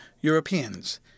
Europeans